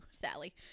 Sally